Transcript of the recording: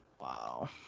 Wow